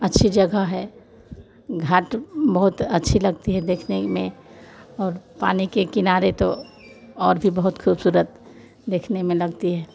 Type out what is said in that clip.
अच्छी जगह है घाट बहुत अच्छे लगते हैं देखने में और पानी के किनारे तो और भी बहुत ख़ूबसूरत देखने में लगता है